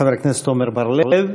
חבר הכנסת עמר בר-לב.